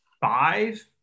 five